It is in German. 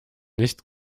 nicht